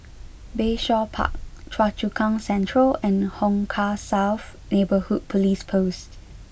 Bayshore Park Choa Chu Kang Central and Hong Kah South Neighbourhood Police Post